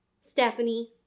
Stephanie